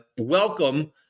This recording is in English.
welcome